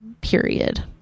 period